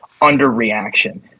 underreaction